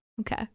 Okay